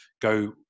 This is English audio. go